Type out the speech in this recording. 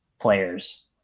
players